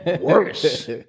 worse